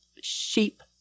sheep